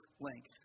length